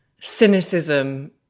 cynicism